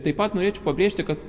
taip pat norėčiau pabrėžti kad